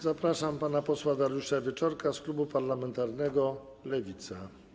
Zapraszam pana posła Dariusza Wieczorka, z klubu parlamentarnego Lewica.